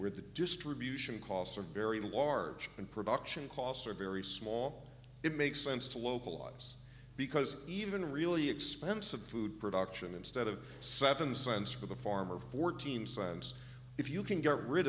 where the distribution costs are very large and production costs are very small it makes sense to localize because even really expensive food production instead of seven cents for the farmer fourteen science if you can get rid